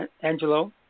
Angelo